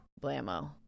Blammo